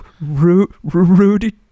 Rudy